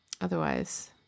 otherwise